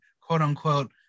quote-unquote